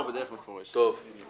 איפה